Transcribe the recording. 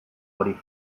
hori